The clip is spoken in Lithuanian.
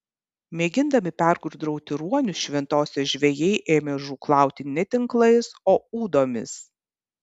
mėgindami pergudrauti ruonius šventosios žvejai ėmė žūklauti ne tinklais o ūdomis